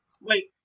Wait